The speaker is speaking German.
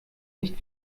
nicht